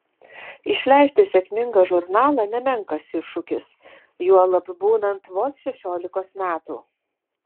išleisti sėkmingą žurnalą nemenkas iššūkis juolab būnant vos šešiolikos metų